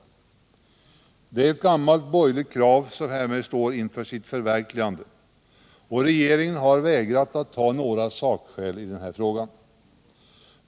Förslaget om en indexreglering av skatteskalorna innebär att ett gammalt borgerligt krav står inför sitt förverkligande, och regeringen har vägrat att ta några sakskäl i denna fråga.